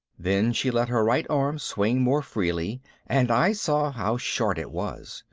then she let her right arm swing more freely and i saw how short it was.